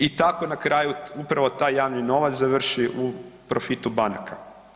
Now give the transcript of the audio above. I tako na kraju upravo taj javni novac završi u profitu banaka.